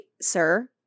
Sir